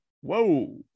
Whoa